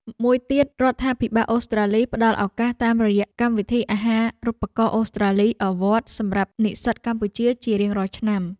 មួយទៀត រដ្ឋាភិបាលអូស្ត្រាលីផ្តល់ឱកាសតាមរយៈកម្មវិធីអាហារូបករណ៍អូស្ត្រាលី(Awards)សម្រាប់និស្សិតកម្ពុជាជារៀងរាល់ឆ្នាំ។